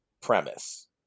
premise